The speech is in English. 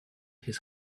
his